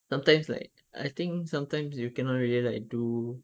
sometimes like I think sometimes you cannot really like do